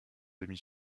demi